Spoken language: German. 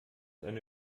eine